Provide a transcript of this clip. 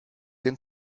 den